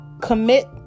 Commit